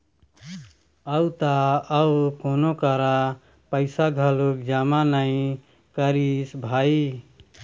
अउ त अउ कोनो करा पइसा घलोक जमा नइ करिस भई